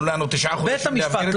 נתנו לנו תשעה חודשים להבהיר את המצב.